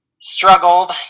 struggled